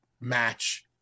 match